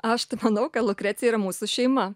aš tai manau kad lukrecija yra mūsų šeima